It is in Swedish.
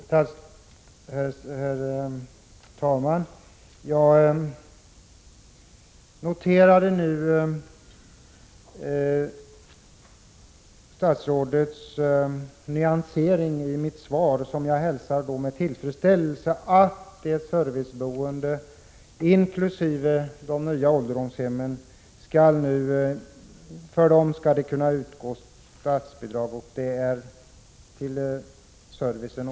Herr talman! Jag noterade statsrådets nyansering av svaret, och jag hälsar med tillfredsställelse att han sade att det för serviceboende inkl. de nya ålderdomshemmen skall kunna utgå statsbidrag till servicen.